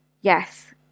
yes